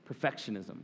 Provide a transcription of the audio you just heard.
perfectionism